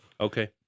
Okay